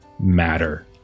matter